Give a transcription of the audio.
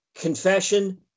confession